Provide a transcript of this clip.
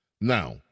Now